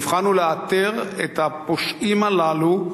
המבחן הוא לאתר את הפושעים הללו,